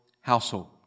household